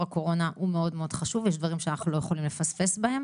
הקורונה הוא מאוד מאוד חשוב ויש דברים שאנחנו לא יכולים לפספס בהם.